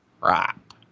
crap